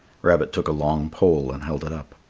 rabbit took a long pole and held it up.